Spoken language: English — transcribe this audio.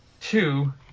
two